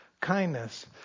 kindness